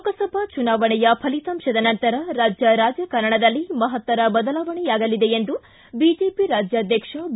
ಲೋಕಸಭಾ ಚುನಾವಣೆಯ ಫಲಿತಾಂಶದ ನಂತರ ರಾಜ್ಯದ ರಾಜಕಾರಣದಲ್ಲಿ ಮಹತ್ತರ ಬದಲಾವಣೆಯಾಗಲಿದೆ ಎಂದು ಬಿಜೆಪಿ ರಾಜ್ಯಾಧ್ಯಕ್ಷ ಬಿ